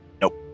Nope